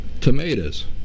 tomatoes